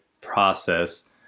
process